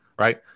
right